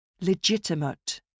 Legitimate